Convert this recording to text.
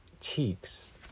Cheeks